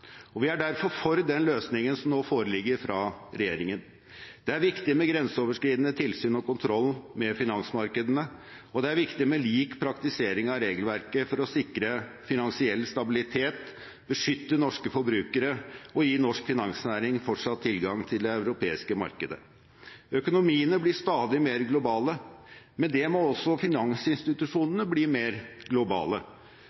og vi er derfor for den løsningen som nå foreligger fra regjeringen. Det er viktig med grenseoverskridende tilsyn og kontroll med finansmarkedene, og det er viktig med lik praktisering av regelverket for å sikre finansiell stabilitet, beskytte norske forbrukere og gi norsk finansnæring fortsatt tilgang til det europeiske markedet. Økonomiene blir stadig mer globale. Med det må også